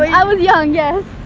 i i was young. yes!